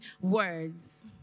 words